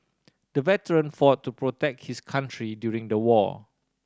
the veteran fought to protect his country during the war